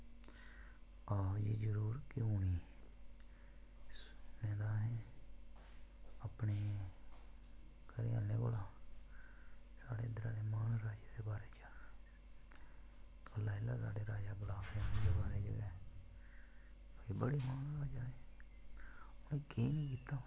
आओ जी जरूर क्यों निं सौंपे दा असें अपने घरें आह्लें कोला साढ़े राजा गुलाब सिंह दे बारै ई ओह् बड़े महान हे उनें केईं कीता